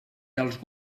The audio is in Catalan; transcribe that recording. dels